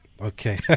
Okay